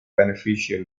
beneficial